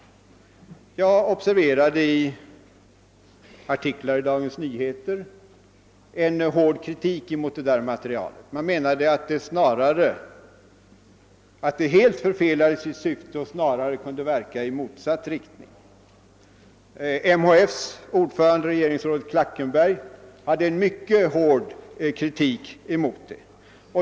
I artiklar i Dagens Nyheter observerade jag hård kritik mot det materialet. Man menade att det helt förfelade sitt syfte och snarare kunde verka i motsatt riktning. MHF :s ordförande, regeringsrådet Klackenberg, riktade mycket hård kritik mot det.